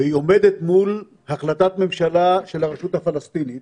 והיא עומדת מול החלטת ממשלה של הרשות הפלסטינית